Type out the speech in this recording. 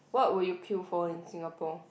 what would you queue for in Singapore